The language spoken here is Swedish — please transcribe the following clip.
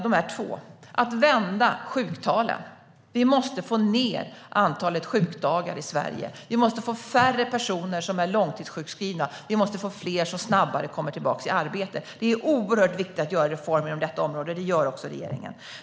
Vi måste vända sjuktalen - få ned antalet sjukdagar i Sverige och få färre personer som är långtidssjukskrivna och fler som snabbare kommer tillbaka i arbete. Det är oerhört viktigt att göra reformer inom detta område, och det gör också regeringen.